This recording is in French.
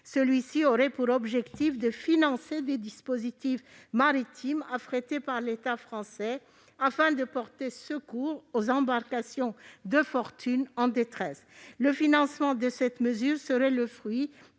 des naufragés » qui financerait des dispositifs maritimes affrétés par l'État français afin de porter secours aux embarcations de fortune en détresse. Le financement de cette mesure se ferait